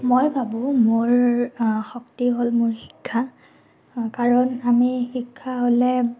মই ভাবোঁ মোৰ শক্তি হ'ল মোৰ শিক্ষা কাৰণ আমি শিক্ষা হ'লে